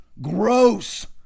Gross